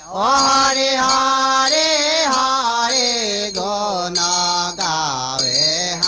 um da da da da da da da da da